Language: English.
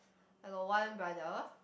I got one brother